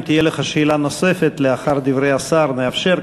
אם תהיה לך שאלה נוספת לאחר דברי השר נאפשר.